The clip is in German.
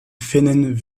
finnen